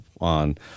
on